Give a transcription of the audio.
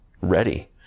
ready